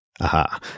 Aha